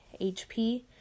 HP